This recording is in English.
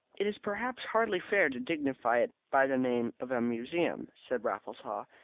it is perhaps hardly fair to dignify it by the name of a museum, said raffles haw.